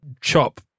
Chop